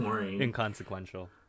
Inconsequential